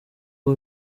iyo